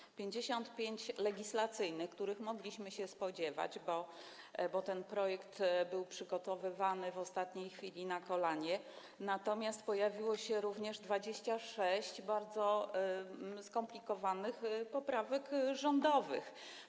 Było 55 poprawek legislacyjnych, których mogliśmy się spodziewać, bo ten projekt był przygotowywany w ostatniej chwili, na kolanie, natomiast pojawiło się również 26 bardzo skomplikowanych poprawek rządowych.